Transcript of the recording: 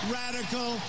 radical